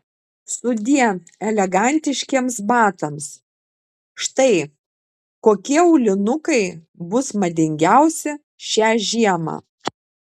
sudie elegantiškiems batams štai kokie aulinukai bus madingiausi šią žiemą